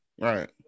right